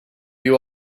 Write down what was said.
you